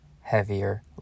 heavier